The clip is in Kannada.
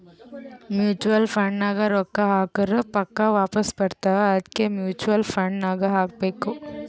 ಮೂಚುವಲ್ ಫಂಡ್ ನಾಗ್ ರೊಕ್ಕಾ ಹಾಕುರ್ ಪಕ್ಕಾ ವಾಪಾಸ್ ಬರ್ತಾವ ಅದ್ಕೆ ಮೂಚುವಲ್ ಫಂಡ್ ನಾಗ್ ಹಾಕಬೇಕ್